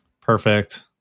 perfect